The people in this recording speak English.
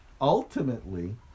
ultimately